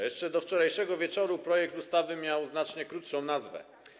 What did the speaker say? Jeszcze do wczorajszego wieczoru projekt ustawy miał znacznie krótszą nazwę.